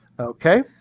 Okay